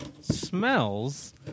Smells